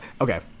okay